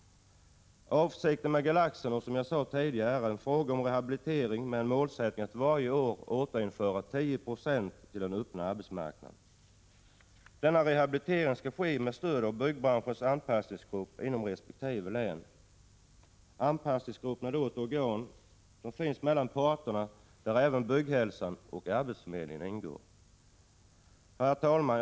Avsikten med Galaxen är, som jag sade tidigare, rehabilitering, med en målsättning att varje år återföra 10 26 av de placerade till den öppna arbetsmarknaden. Denna rehabilitering skall ske med stöd av byggbranschens anpassningsgrupp inom resp. län. Anpassningsgruppen är ett organ som tillsatts av parterna och där även Bygghälsan och arbetsförmedlingen ingår. Herr talman!